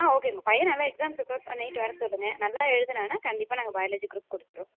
ஆ okay உங்கள் பையன் நல்லா எக்ஸாம் ப்ரிப்பேர் பண்ணிவிட்டு வர சொல்லுங்கள் நல்லா எழுதுனான்னா கண்டிப்பாக நாங்கள் பயாலஜி க்ரூப் கொடுத்துருவோம்